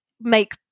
make